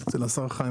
אצל השר חיים